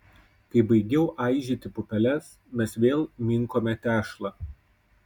kai baigiau aižyti pupeles mes vėl minkome tešlą